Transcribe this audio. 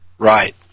Right